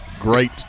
great